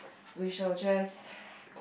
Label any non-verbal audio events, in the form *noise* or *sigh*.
we shall just *breath*